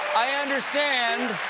i understand